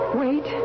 wait